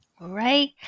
right